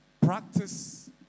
practice